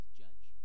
judge